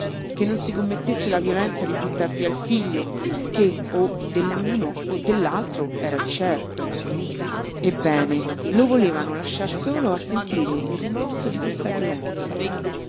che non si commettesse la violenza di buttar via il figlio che o dell'uno o dell'altro era di certo ebbene lo volevano lasciar solo a sentire il rimorso di questa violenza